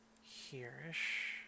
here-ish